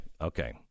Okay